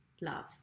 love